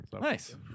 Nice